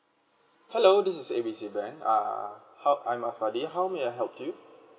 hello this is A B C bank uh how I'm asmadi how may I help you